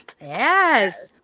yes